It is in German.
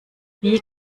wie